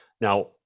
Now